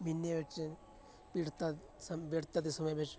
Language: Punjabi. ਮਹੀਨੇ ਵਿੱਚ ਪੀੜਤਾ ਸਮ ਬਿੜਤਾ ਦੇ ਸਮੇਂ ਵਿੱਚ